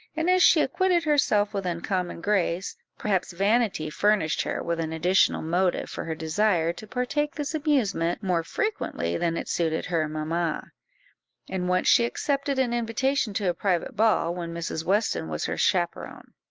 and as she acquitted herself with uncommon grace, perhaps vanity furnished her with an additional motive for her desire to partake this amusement more frequently than it suited her mamma and once she accepted an invitation to a private ball, when mrs. weston was her chaperon.